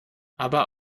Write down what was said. aber